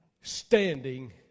standing